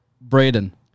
Braden